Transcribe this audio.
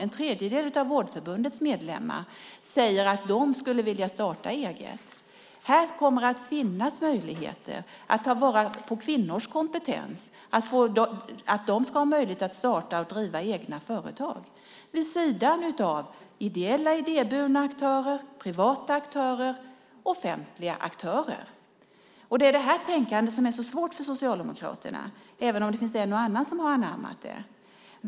En tredjedel av Vårdförbundets medlemmar säger att de skulle vilja starta eget. Här kommer att finnas möjligheter att ta vara på kvinnors kompetens, att de ska ha möjlighet att starta och driva egna företag vid sidan av ideella idéburna aktörer, privata aktörer och offentliga aktörer. Det är det här tänkandet som är så svårt för Socialdemokraterna, även om det finns en och annan som har anammat det.